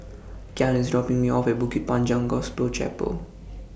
Kyan IS dropping Me off At Bukit Panjang Gospel Chapel